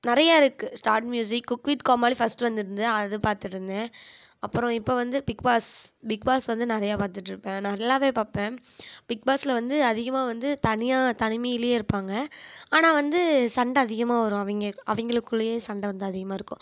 நிறைய இருக்குது start music cook with Comali first வந்துருந்தது அது பார்த்துட்டுருந்தேன் அப்புறம் இப்போது வந்து பிக் பாஸ் பிக் பாஸ் வந்து நிறைய பார்த்துட்ருப்பேன் நல்லாவே பார்ப்பேன் பிக் பாஸ்ஸில் வந்து அதிகமாக வந்து தனியாக தனிமையிலே இருப்பாங்க ஆனால் வந்து சண்டை அதிகமாக வரும் அவங்க அவங்களுக்குள்ளயே சண்டை வந்து அதிகமாக இருக்கும்